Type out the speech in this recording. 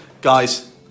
guys